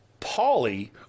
Pauly